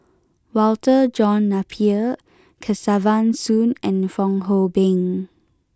Walter John Napier Kesavan Soon and Fong Hoe Beng